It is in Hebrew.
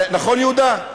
נכון, יהודה?